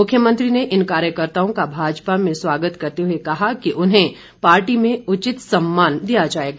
मुख्यमंत्री ने इन कार्यकर्ताओं का भाजपा में स्वागत करते हुए कहा कि उन्हें पार्टी में उचित सम्मान दिया जाएगा